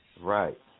Right